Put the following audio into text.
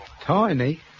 Tiny